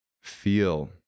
feel